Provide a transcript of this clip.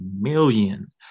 million